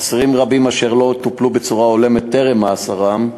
אסירים רבים אשר לא טופלו בצורה הולמת טרם מאסרם,